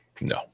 No